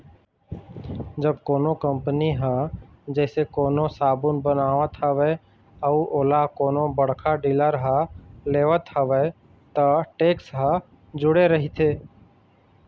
जब कोनो कंपनी ह जइसे कोनो साबून बनावत हवय अउ ओला कोनो बड़का डीलर ह लेवत हवय त टेक्स ह जूड़े रहिथे